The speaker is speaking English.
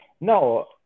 No